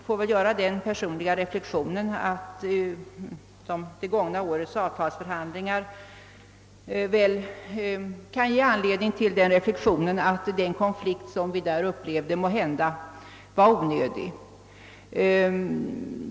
Jag vill göra den personliga reflexionen — som det gångna årets avtalsförhandlingar väl ger anledning till — att den konflikt vi då upplevde kanske var onödig.